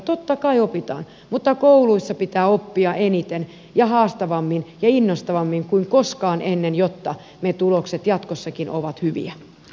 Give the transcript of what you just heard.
totta kai opitaan mutta kouluissa pitää oppia eniten ja haastavammin ja innostavammin kuin koskaan ennen jotta ne tulokset jatkossakin ovat hyviä